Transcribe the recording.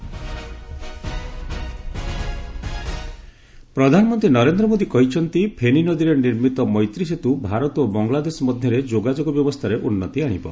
PM Maitri Setu ପ୍ରଧାନମନ୍ତ୍ରୀ ନରେନ୍ଦ୍ର ମୋଦୀ କହିଛନ୍ତି ଫେନି ନଦୀରେ ନିର୍ମିତ ମୈତ୍ରୀ ସେତ୍ର ଭାରତ ଓ ବାଙ୍ଗଲାଦେଶ ମଧ୍ୟରେ ଯୋଗାଯୋଗ ବ୍ୟବସ୍ଥାରେ ଉନ୍ନତି ଆଣିବ